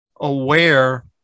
aware